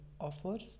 offers